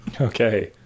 Okay